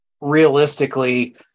realistically